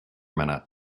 minute